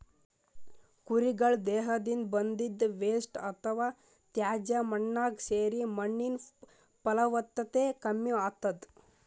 ಕುರಿಗಳ್ ದೇಹದಿಂದ್ ಬಂದಿದ್ದ್ ವೇಸ್ಟ್ ಅಥವಾ ತ್ಯಾಜ್ಯ ಮಣ್ಣಾಗ್ ಸೇರಿ ಮಣ್ಣಿನ್ ಫಲವತ್ತತೆ ಕಮ್ಮಿ ಆತದ್